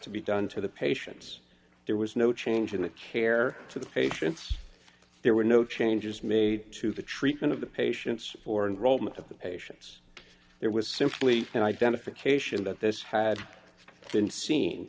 to be done to the patients there was no change in the care to the patients there were no changes made to the treatment of the patients or enrollment of the patients there was simply an identification that this had been seen